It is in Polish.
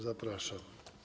Zapraszam.